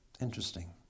Interesting